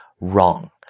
wrong